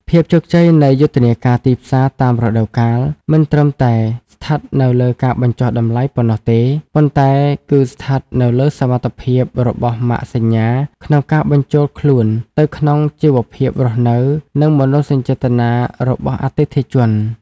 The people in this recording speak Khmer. ភាពជោគជ័យនៃយុទ្ធនាការទីផ្សារតាមរដូវកាល មិនត្រឹមតែស្ថិតនៅលើការបញ្ចុះតម្លៃប៉ុណ្ណោះទេ ប៉ុន្តែគឺស្ថិតនៅលើសមត្ថភាពរបស់ម៉ាកសញ្ញាក្នុងការបញ្ចូលខ្លួនទៅក្នុងជីវភាពរស់នៅ និងមនោសញ្ចេតនារបស់អតិថិជន។